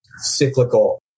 cyclical